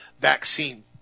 vaccine